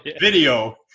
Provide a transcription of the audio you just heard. video